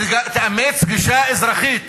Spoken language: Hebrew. תאמץ גישה אזרחית